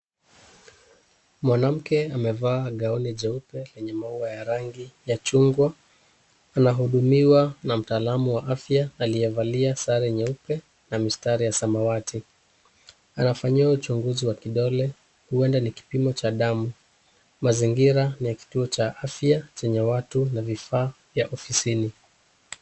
Mwanamke amevaa gauni jeupe yenye maua ya rangi ya chungwa ,anahudumiwa na mtaalamu wa afya aliyevalia sare nyeupe na mistari ya samawati ,anafanyiwa uchunguzi wa kidole huenda ni kipimo cha damu .Mazingira ni ya kituo cha afya chenye watu na vifaa vya ofisini.